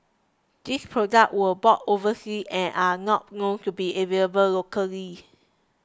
these products were bought overseas and are not known to be available locally